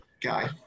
guy